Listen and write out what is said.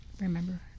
remember